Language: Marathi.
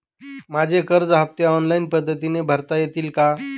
माझे कर्ज हफ्ते ऑनलाईन पद्धतीने भरता येतील का?